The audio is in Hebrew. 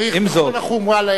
עם זאת, צריך לטפל בזה בחומרה.